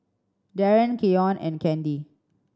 Darron Keyon and Candy